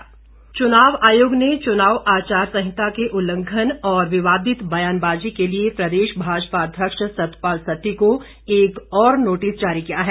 notice चुनाव आयोग ने चुनाव आचार संहिता के उल्लंघन और विवादित ब्यानबाजी के लिए प्रदेश भाजपा अध्यक्ष सतपाल सत्ती को एक और नोटिस जारी किया है